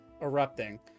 erupting